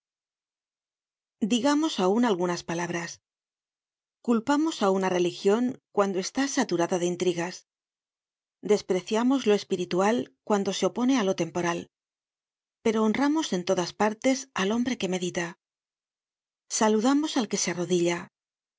digamos aun algunas palabras culpamos á una religion cuando está saturada de intrigas despreciamos lo espiritual cuando se opone á lo temporal pero honramos en todas partes al hombre que medita saludamos al que se arrodilla la